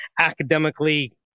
academically